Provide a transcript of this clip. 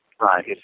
Right